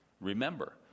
Remember